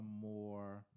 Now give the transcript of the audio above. more